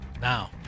Now